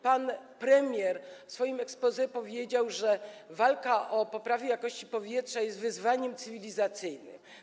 Pan premier w swoim exposé powiedział, że walka o poprawę jakości powietrza jest wyzwaniem cywilizacyjnym.